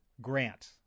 Grant